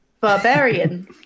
Barbarian